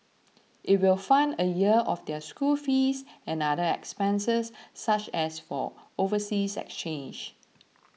it will fund a year of their school fees and other expenses such as for overseas exchanges